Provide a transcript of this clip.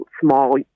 small